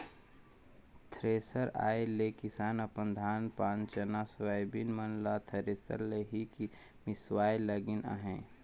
thresher आए ले किसान अपन धान पान चना, सोयाबीन मन ल थरेसर ले ही मिसवाए लगिन अहे